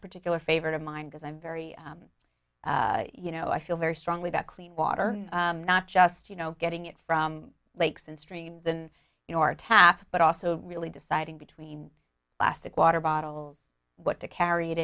particular favorite of mine because i'm very you know i feel very strongly about clean water not just you know getting it from lakes and streams and you know our task but also really deciding between plastic water bottles what to carry it